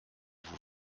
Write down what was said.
vous